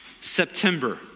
September